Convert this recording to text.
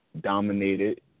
Dominated